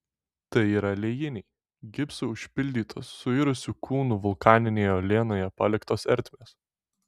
tai yra liejiniai gipsu užpildytos suirusių kūnų vulkaninėje uolienoje paliktos ertmės